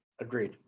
Agreed